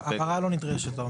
הבהרה לא נדרשת.